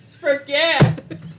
forget